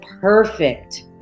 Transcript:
perfect